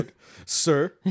sir